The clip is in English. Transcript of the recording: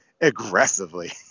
aggressively